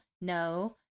no